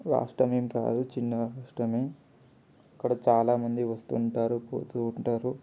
రాష్ట్రం ఏమి కాదు చిన్న రాష్ట్రమే అక్కడ చాలామంది వస్తుంటారు పోతూ ఉంటారు